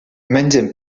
mengen